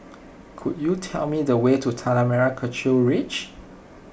could you tell me the way to Tanah Merah Kechil Ridge